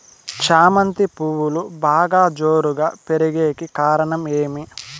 చామంతి పువ్వులు బాగా జోరుగా పెరిగేకి కారణం ఏమి?